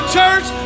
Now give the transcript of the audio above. church